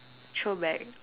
throwback